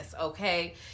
okay